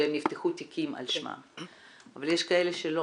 שנפתחו תיקים על שמם, אבל יש כאלה שלא